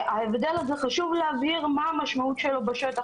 חשוב להבהיר מה המשמעות של התקינות בשטח